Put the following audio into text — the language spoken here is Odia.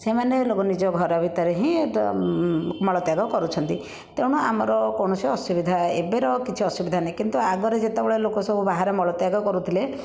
ସେମାନେ ନିଜ ଘର ଭିତରେ ହିଁ ଦ ମଳତ୍ୟାଗ କରୁଛନ୍ତି ତେଣୁ ଆମର କୌଣସି ଅସୁବିଧା ଏବେର କିଛି ଅସୁବିଧା ନାହିଁ କିନ୍ତୁ ଆଗରେ ଯେତେବେଳେ ଲୋକ ସବୁ ବାହାରେ ମଳତ୍ୟାଗ କରୁଥିଲେ